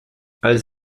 als